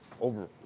over